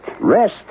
Rest